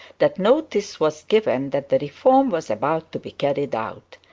that notice was given that the reform was about to be carried out.